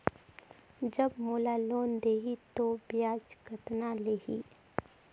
जब मोला लोन देही तो ब्याज कतना लेही?